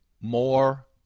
more